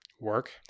Work